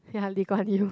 ya Lee-Kuan-Yew